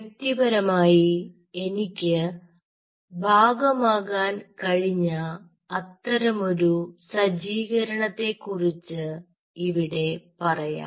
വ്യക്തിപരമായി എനിക്ക് ഭാഗമാകാൻ കഴിഞ്ഞ അത്തരമൊരു സജ്ജീകരണത്തെ കുറിച്ച് ഇവിടെ പറയാം